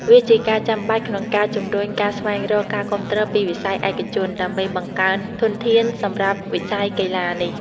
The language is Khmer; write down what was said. វាជាការចាំបាច់ក្នុងការជំរុញការស្វែងរកការគាំទ្រពីវិស័យឯកជន ដើម្បីបង្កើនធនធានសម្រាប់វិស័យកីឡានេះ។